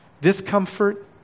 discomfort